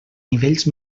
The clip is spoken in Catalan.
nivells